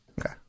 Okay